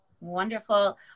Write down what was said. Wonderful